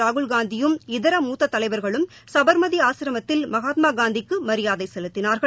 ராகுல் காந்தியும் இதர மூத்த தலைவர்களும் சுபாமதி ஆசிரமத்தில் மகாத்மா காந்திக்கு மரியாதை செலுத்தினார்கள்